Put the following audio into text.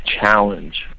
challenge